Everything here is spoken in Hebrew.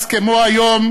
אז, כמו היום,